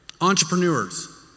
Entrepreneurs